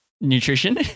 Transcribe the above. nutrition